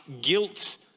guilt